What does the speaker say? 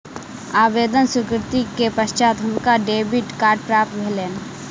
आवेदन स्वीकृति के पश्चात हुनका डेबिट कार्ड प्राप्त भेलैन